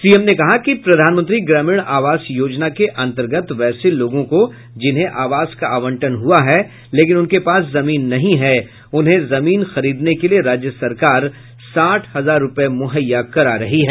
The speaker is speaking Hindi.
सीएम ने कहा कि प्रधानमंत्री ग्रामीण आवास योजना के अंतर्गत वैसे लोगों को जिन्हें आवास का आवंटन हुआ है लेकिन उनके पास जमीन नहीं है उन्हें जमीन खरीदने के लिए राज्य सरकार साठ हजार रपए मुहैया करा रही है